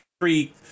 three